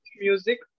music